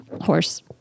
horse